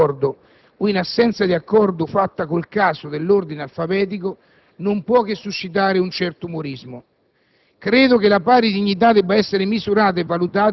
garantita dalla scelta del cognome fatta di comune accordo o, in assenza di accordo, fatta con la casualità dell'ordine alfabetico non può che suscitare un certo umorismo.